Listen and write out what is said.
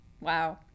Wow